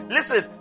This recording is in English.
Listen